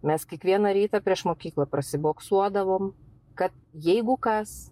mes kiekvieną rytą prieš mokyklą prasiboksuodavom kad jeigu kas